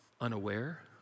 unaware